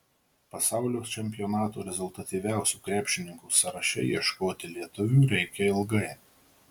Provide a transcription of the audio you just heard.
pasaulio čempionato rezultatyviausių krepšininkų sąraše ieškoti lietuvių reikia ilgai